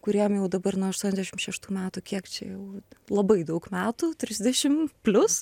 kuriem jau dabar nuo aštuoniasdešim šeštų metų kiek čia jau labai daug metų trisdešim plius